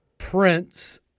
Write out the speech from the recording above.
Prince